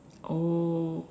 oh